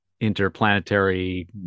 interplanetary